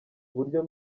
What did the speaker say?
uburyo